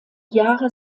jahre